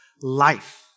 life